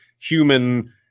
human